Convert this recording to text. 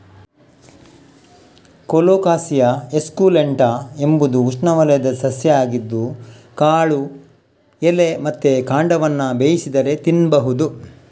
colocasia esculenta ಎಂಬುದು ಉಷ್ಣವಲಯದ ಸಸ್ಯ ಆಗಿದ್ದು ಕಾಳು, ಎಲೆ ಮತ್ತೆ ಕಾಂಡವನ್ನ ಬೇಯಿಸಿದರೆ ತಿನ್ಬಹುದು